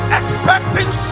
expecting